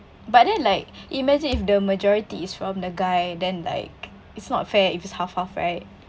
but then like imagine if the majority is from the guy then like it's not fair if is half-half right